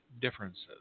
differences